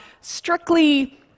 strictly